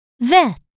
vet